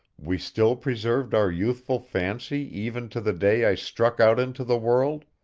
we still preserved our youthful fancy even to the day i struck out into the world,